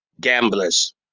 Gamblers